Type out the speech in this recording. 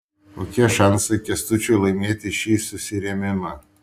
kokie šansai kęstučiui laimėti šį susirėmimą